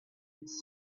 its